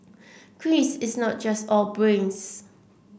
Chris is not just all brains